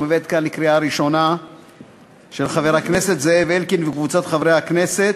של חבר הכנסת זאב אלקין וקבוצת חברי הכנסת,